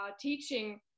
teaching